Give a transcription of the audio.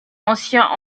ancien